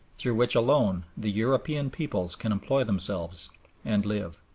through which alone the european peoples can employ themselves and live.